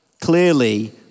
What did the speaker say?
Clearly